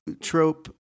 trope